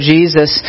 Jesus